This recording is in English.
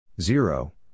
Zero